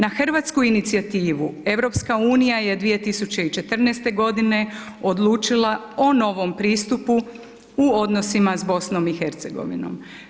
Na hrvatsku inicijativu, EU je 2014. g. odlučila o novom pristupu u odnosima sa BiH-om.